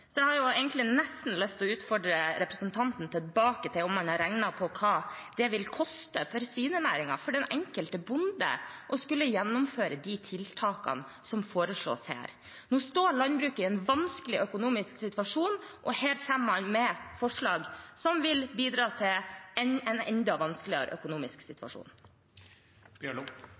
Så jeg har nesten lyst til å utfordre representanten tilbake, om han har regnet på hva det vil koste for svinenæringen, for den enkelte bonde, å skulle gjennomføre de tiltakene som foreslås her. Nå står landbruket i en vanskelig økonomisk situasjon, og her kommer man med forslag som vil bidra til en enda vanskeligere økonomisk